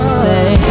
say